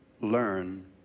learn